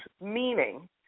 meaning